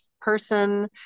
person